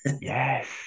Yes